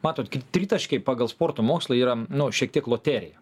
matot kaip tritaškiai pagal sporto mokslą yra nu šiek tiek loterija